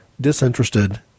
disinterested